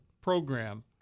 program